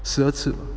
十二次